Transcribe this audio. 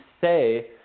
say